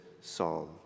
psalm